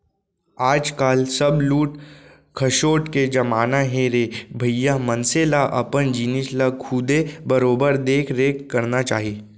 आज काल सब लूट खसोट के जमाना हे रे भइया मनसे ल अपन जिनिस ल खुदे बरोबर देख रेख करना चाही